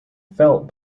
felt